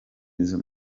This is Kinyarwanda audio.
izo